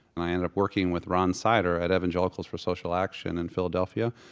and i ended up working with ron sider at evangelicals for social action in philadelphia.